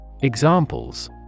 Examples